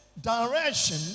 Direction